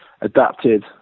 adapted